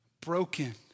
broken